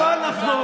יא מושחת.